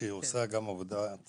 שעושה עבודת